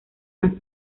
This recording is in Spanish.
más